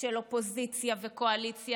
של אופוזיציה וקואליציה.